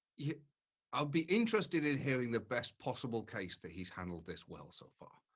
i'll be interested in hearing the best possible case that he's handled this well so far.